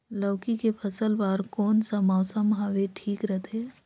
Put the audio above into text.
लौकी के फसल बार कोन सा मौसम हवे ठीक रथे?